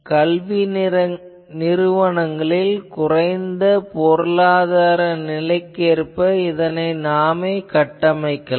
கல்வி நிறுவனங்களில் குறைந்த பொருளாதார நிலைக்கு நாமே இதனைக் கட்டமைக்கலாம்